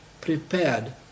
prepared